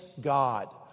God